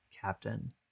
Captain